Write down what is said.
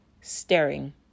staring